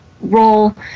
role